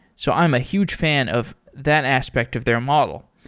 so i'm a huge fan of that aspect of their model.